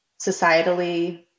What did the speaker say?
societally